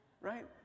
right